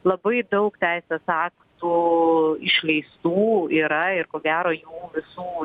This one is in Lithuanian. labai daug teisės aktų išleistų yra ir ko gero jų visų